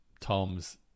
Tom's